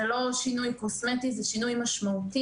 זה לא שינוי קוסמטי, זה שינוי משמעותי.